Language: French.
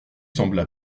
sembla